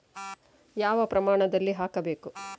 ಯಾವ ಪ್ರಮಾಣದಲ್ಲಿ ಹಾಕಬೇಕು?